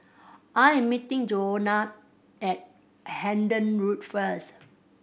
I'm meeting Johannah at Hendon Road first